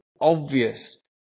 obvious